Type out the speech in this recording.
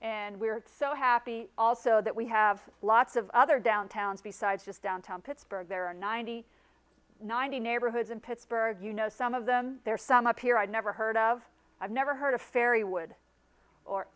and we're so happy also that we have lots of other downtowns besides just downtown pittsburgh there are ninety nine eight hoods in pittsburgh you know some of them there some up here i'd never heard of i've never heard of fairy wood or